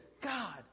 God